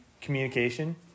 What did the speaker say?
Communication